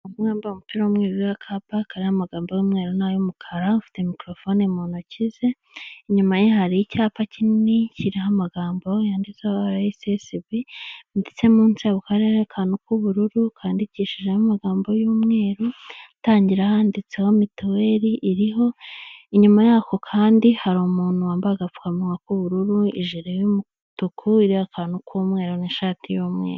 Umugabo umwe wambaye umupira w'umweru uriho akapa kariho amagambo y'umweru na y'umukara ,ufite mikorofone mu ntoki ze, inyuma ye hari icyapa kinini kiriho amagambo yanditseho arasesibi (RSSB) ndetse munsi yako karere kariho akantu k'ubururu kandikishijeho amagambo y'umweru ,itangira handitseho mituweri iriho inyuma yako kandi hari umuntu wambaye agapfukamuwa k'ubururu ,ijiri y'u mutuku iriho akantu k'umweru n'ishati y'umweru.